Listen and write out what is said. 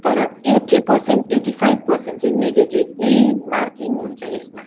तर eighty percent eighty five percent चाहिँ negative नै मार्किङ हुन्छ यसमा